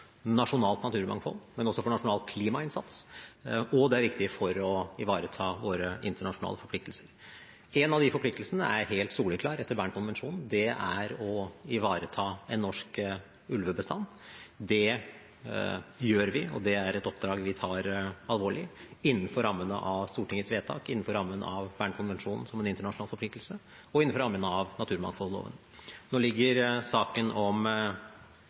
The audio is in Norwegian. nasjonalt naturmangfold, men også for nasjonal klimainnsats, og det er viktig for å ivareta våre internasjonale forpliktelser. Én av de forpliktelsene er helt soleklar etter Bern-konvensjonen, det er å ivareta en norsk ulvebestand. Det gjør vi, og det er et oppdrag vi tar alvorlig innenfor rammene av Stortingets vedtak, innenfor rammen av Bern-konvensjonen, som en internasjonal forpliktelse, og innenfor rammen av naturmangfoldloven. Nå ligger klagesaken om